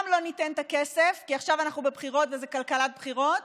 גם לא ניתן את הכסף כי עכשיו אנחנו בבחירות וזאת כלכלת בחירות,